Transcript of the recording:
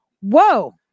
Whoa